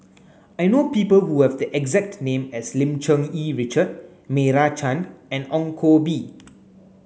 I know people who have the exact name as Lim Cherng Yih Richard Meira Chand and Ong Koh Bee